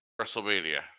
WrestleMania